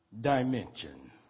dimension